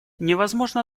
невозможно